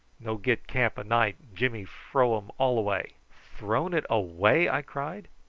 no get camp a night. jimmy fro um all away! thrown it away! i cried.